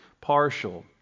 partial